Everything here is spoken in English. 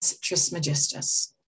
Trismegistus